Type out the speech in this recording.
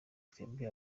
twebwe